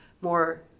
more